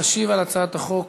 תשיב על הצעת החוק